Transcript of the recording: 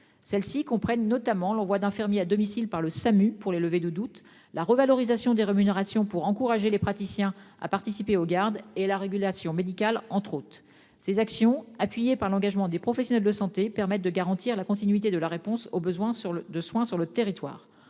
Celles-ci comprennent notamment l'envoi d'infirmiers à domicile par le SAMU pour les levées de doutes, la revalorisation des rémunérations pour encourager les praticiens à participer aux gardes et la régulation médicale entre autres ces actions appuyées par l'engagement des professionnels de santé permettent de garantir la continuité de la réponse aux besoins sur le de soins sur le territoire.